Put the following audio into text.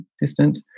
distant